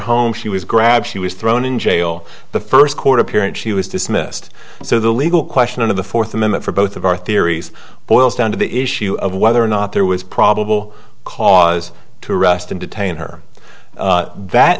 home she was grabbed she was thrown in jail the first court appearance she was dismissed so the legal question of the fourth amendment for both of our theories boils down to the issue of whether or not there was probable cause to arrest and detain her that th